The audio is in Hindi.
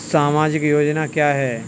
सामाजिक योजना क्या है?